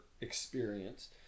experience